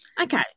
Okay